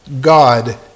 God